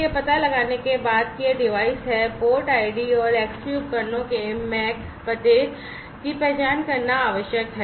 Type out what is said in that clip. यह पता लगाने के बाद कि यह डिवाइस हैं पोर्ट आईडी और Xbee उपकरणों के MAC address की पहचान करना आवश्यक है